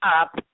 up